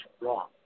wrong